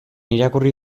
irakurri